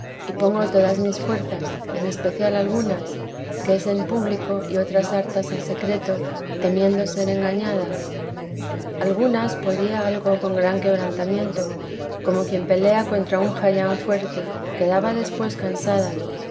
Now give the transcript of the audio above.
y pongo todas mis fuerzas en especial algunas que es en público y otras hartas en secreto temiendo ser engañada algunas podía algo con gran quebraíamiento como quien pelea contra un jayán fuerte quedaba después cansada